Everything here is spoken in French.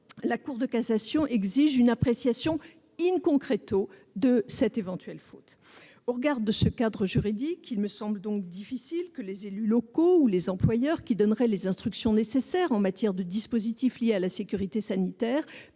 la Cour de cassation exige une appréciation de cette éventuelle faute. Au regard de ce cadre juridique, il me semble donc difficile que les élus locaux ou les employeurs qui donneraient les instructions nécessaires en matière de dispositifs liés à la sécurité sanitaire